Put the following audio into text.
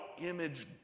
image